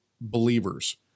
believers